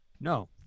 No